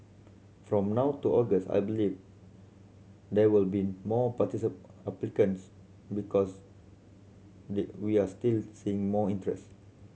from now to August I believe there will be more applicants because they we are still seeing more interest